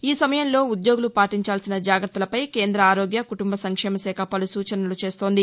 ఈ సమయంలో ఉద్యోగులు పాటించాల్సిన జాగ్రత్తలపై కేంద్ర ఆరోగ్య కుటుంబసంక్షేమ శాఖ పలు సూచనలు చేసింది